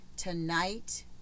Tonight